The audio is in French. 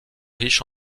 riches